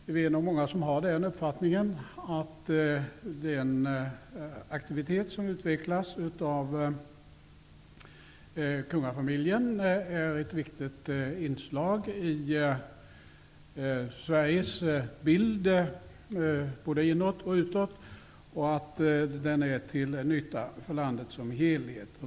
Vi är nog många som har uppfattningen att den aktivitet som utvecklas av kungafamiljen är ett viktigt inslag i Sveriges bild, både inåt och utåt, och att den är till nytta för landet som helhet.